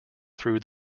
through